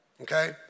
okay